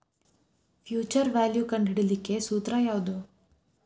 Future value ಕಂಢಿಡಿಲಿಕ್ಕೆ ಸೂತ್ರ ಯಾವ್ದು?